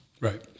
right